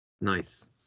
Nice